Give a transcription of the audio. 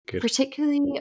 particularly